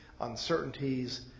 uncertainties